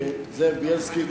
ולזאב בילסקי,